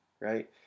right